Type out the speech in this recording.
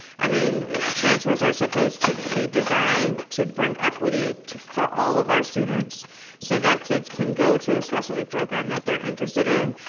i mean transfers are supposed to be designed to bring equity for for all of our students so that kids can go to a specialty program that they're interested in,